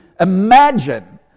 imagine